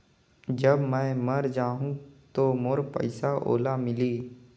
जब मै मर जाहूं तो मोर पइसा ओला मिली?